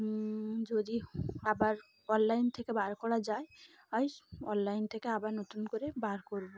যদি আবার অনলাইন থেকে বার করা যায় হয় অনলাইন থেকে আবার নতুন করে বার করবো